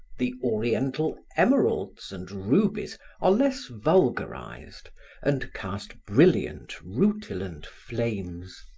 the oriental emeralds and rubies are less vulgarized and cast brilliant, rutilant flames,